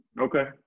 Okay